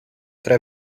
tre